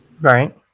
Right